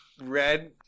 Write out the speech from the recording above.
red